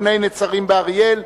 נמנעים.